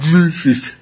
Jesus